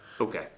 okay